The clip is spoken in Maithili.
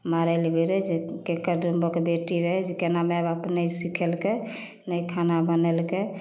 मारैलए भिड़ै जे ककर जनमक बेटी रहै जे कोना माइ बाप नहि सिखेलकै नहि खाना बनेलकै